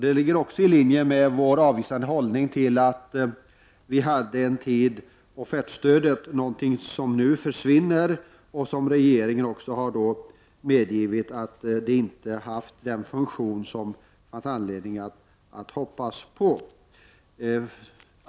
Det ligger också i linje med vår avvisande hållning till offertstödet, som nu försvinner och som regeringen har medgivit inte haft den funktion som det fanns anledning att hoppas på.